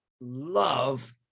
love